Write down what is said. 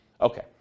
Okay